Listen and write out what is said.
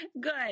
Good